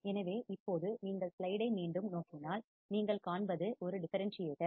எனவே இப்போது நீங்கள் ஸ்லைடை மீண்டும் நோக்கினால் நீங்கள் காண்பது ஒரு டிஃபரன்ஸ் சியேட்டர்